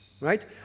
right